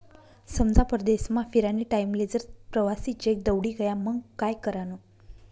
समजा परदेसमा फिरानी टाईमले जर प्रवासी चेक दवडी गया मंग काय करानं?